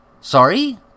Sorry